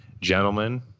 Gentlemen